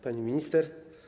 Pani Minister!